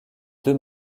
deux